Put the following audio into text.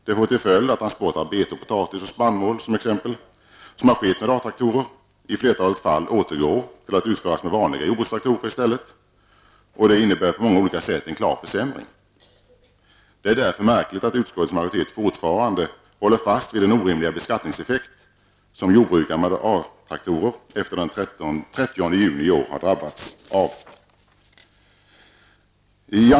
Det får till följd t.ex. att man beträffande transporter av betor, potatis och spannmål, som har skett med A-traktorer, i flertalet fall återgår till att utföra dessa transporter med vanliga jordbrukstraktorer. Det innebär på många olika sätt en klar försämring. Det är därför märkligt att utskottets majoritet fortfarande håller fast vid den orimliga beskattningseffekt som jordbrukare med A traktorer efter den 30 juni i år har drabbats av.